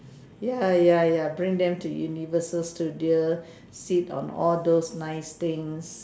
ya ya ya bring them to universal studio sit on all those nice things